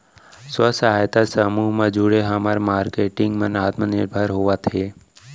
स्व सहायता समूह म जुड़े हमर मारकेटिंग मन आत्मनिरभर होवत हे